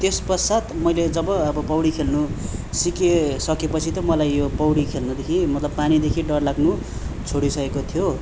त्यस पश्चात् मैले जब अब पौडी खेल्नु सिकेसके पछि त मलाई यो पौडी खेल्नुदेखि मतलब पानीदेखि डर लाग्नु छोडिसकेको थियो